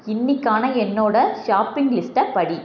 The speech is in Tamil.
இன்னிக்கான என்னோட ஷாப்பிங் லிஸ்ட்டை படி